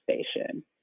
station